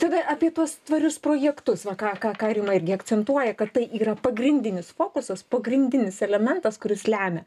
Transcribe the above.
tada apie tuos tvarius projektus va ką ką ką rima irgi akcentuoja kad tai yra pagrindinis fokusas pagrindinis elementas kuris lemia